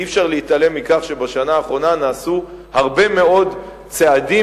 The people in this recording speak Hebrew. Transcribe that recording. אי-אפשר להתעלם מכך שבשנה האחרונה נעשו הרבה מאוד צעדים